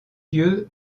lieu